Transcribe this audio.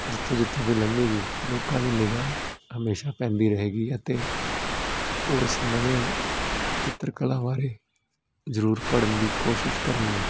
ਜਿੱਥੋਂ ਜਿੱਥੋਂ ਵੀ ਲੰਘੇਗੀ ਲੋਕਾਂ ਦੀ ਨਿਗਾਹ ਹਮੇਸ਼ਾ ਪੈਂਦੀ ਰਹੇਗੀ ਅਤੇ ਉਹ ਇਸ ਨਵੇਂ ਚਿੱਤਰਕਲਾ ਬਾਰੇ ਜ਼ਰੂਰ ਪੜ੍ਹਨ ਦੀ ਕੋਸ਼ਿਸ਼ ਕਰਨਗੇ